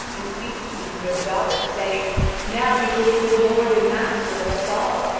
and speak to him of their daughter, saying now you will be the lord and master of us all,